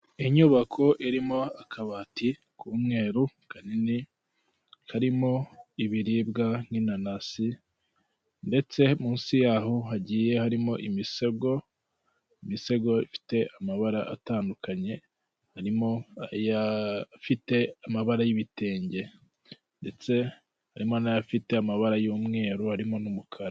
Inyubako irimo akabati k'ubweru kanini karimo ibiribwa, nk'inanasi ndetse munsi yaho hagiye harimo imisegi, imisego ifite amabara atndukanye, hsrimo ifite amabara y'ibitenge. Ndetse harimo n'ifite amabara y'umweru harimo n'umukara.